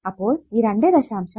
അപ്പോൾ ഈ 2